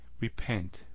repent